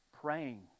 praying